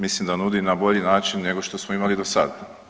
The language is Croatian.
Mislim da nudi na bolji način nego što smo imali do sada.